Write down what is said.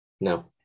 No